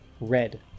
Red